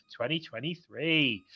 2023